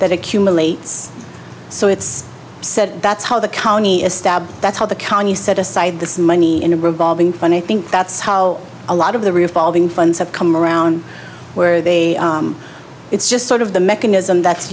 that accumulates so it's said that's how the county is stabbed that's how the county set aside this money in a revolving funny think that's how a lot of the revolving funds have come around where they it's just sort of the mechanism that's